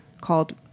called